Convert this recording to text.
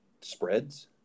spreads